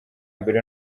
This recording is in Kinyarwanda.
mbere